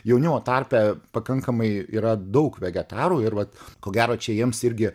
jaunimo tarpe pakankamai yra daug vegetarų ir vat ko gero čia jiems irgi